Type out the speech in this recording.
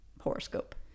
horoscope